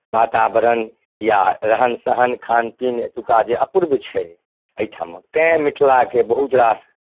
वातावरण या रहन सहन खान पीन एतुक्का जे अपूर्व छै एहिठामक तैँ मिथिलाके बहुत रास